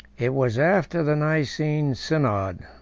it was after the nycene synod,